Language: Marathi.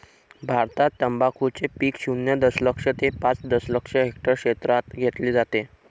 भारतात तंबाखूचे पीक शून्य दशलक्ष ते पाच दशलक्ष हेक्टर क्षेत्रात घेतले जाते